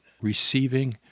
receiving